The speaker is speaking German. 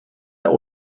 der